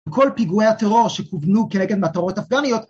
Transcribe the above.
כל פיגועי הטרור שכוונו כנגד מטרות אפגניות